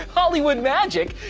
hollywood magic,